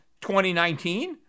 2019